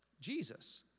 Jesus